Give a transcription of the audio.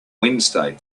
wednesday